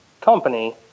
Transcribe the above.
company